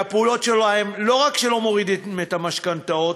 לא רק שלא מורידות את המשכנתאות,